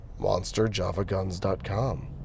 monsterjavaguns.com